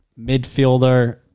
midfielder